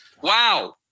Wow